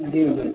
जी जी